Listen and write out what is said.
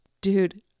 Dude